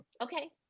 okay